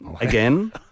Again